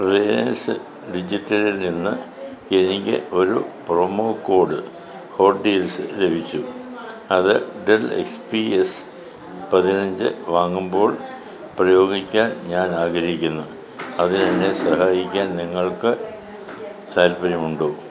Reliance ഡിജിറ്റലിൽ നിന്ന് എനിക്ക് ഒരു പ്രൊമോ കോഡ് ഹോട്ട് ഡീൽസ് ലഭിച്ചു അത് ഡെൽ എക്സ് പി എസ് പതിനഞ്ച് വാങ്ങുമ്പോൾ പ്രയോഗിക്കാൻ ഞാൻ ആഗ്രഹിക്കുന്നു അതിന് എന്നെ സഹായിക്കാൻ നിങ്ങൾക്ക് താൽപ്പര്യമുണ്ടോ